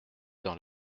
dans